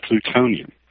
plutonium